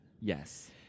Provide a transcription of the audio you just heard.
Yes